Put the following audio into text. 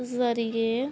ਜ਼ਰੀਏ